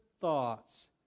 thoughts